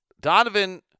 Donovan